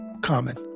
common